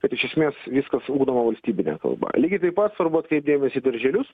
kad iš esmės viskas ugdoma valstybine kalba lygiai taip pat svarbu atkreipt dėmesį į darželius